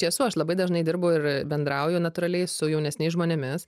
tiesų aš labai dažnai dirbu ir bendrauju natūraliai su jaunesniais žmonėmis